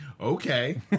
Okay